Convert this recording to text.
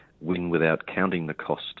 win-without-counting-the-cost